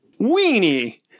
Weenie